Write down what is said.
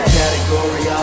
category